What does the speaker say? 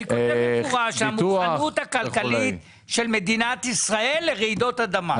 כתוב במפורש שמדובר במוכנות הכלכלית של מדינת ישראל לרעידות אדמה.